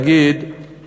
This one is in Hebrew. להגיד